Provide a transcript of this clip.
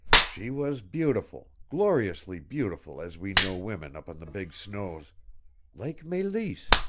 she was beautiful, gloriously beautiful as we know women up in the big snows like meleese,